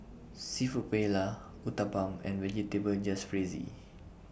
Seafood Paella Uthapam and Vegetable Jalfrezi